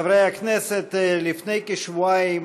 חברי הכנסת, לפני כשבועיים